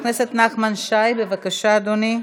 נכון, נכון, חבר הכנסת נחמן שי, בבקשה, אדוני.